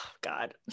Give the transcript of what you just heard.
God